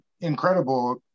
incredible